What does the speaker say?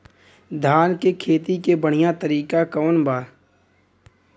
धान के खेती के बढ़ियां तरीका कवन बा?